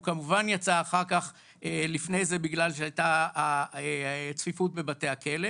הוא כמובן יצא לפני זה כיוון שהייתה צפיפות בבתי הכלא.